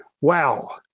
wow